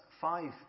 five